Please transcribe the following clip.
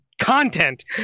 content